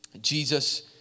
Jesus